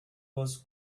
was